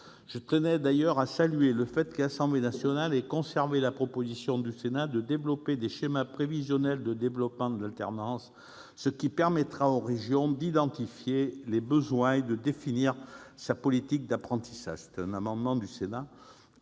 Je tiens d'ailleurs à saluer le fait que l'Assemblée nationale a conservé la proposition du Sénat de déployer des schémas prévisionnels de développement de l'alternance, ce qui permettra aux régions d'identifier les besoins et de définir leur politique d'apprentissage. Les régions disposeront